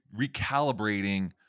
recalibrating